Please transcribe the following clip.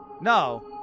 No